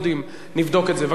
בבקשה, אדוני, דקה,